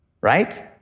Right